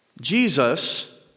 Jesus